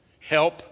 help